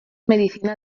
medicina